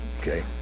okay